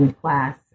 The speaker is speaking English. class